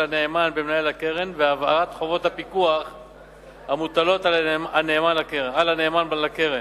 הנאמן במנהל הקרן והבהרת חובות הפיקוח המוטלות על הנאמן לקרן,